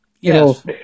Yes